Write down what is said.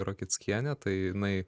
rokickienė tai jinai